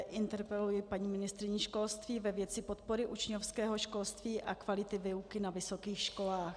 Interpeluji paní ministryni školství ve věci podpory učňovského školství a kvality výuky na vysokých školách.